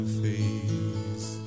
face